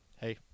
Hey